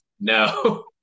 No